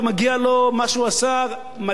ומגיע לו על מה שהוא עשה מדליה,